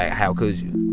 how could you?